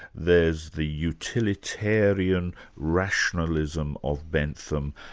there's the utilitarian rationalism of bentham,